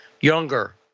Younger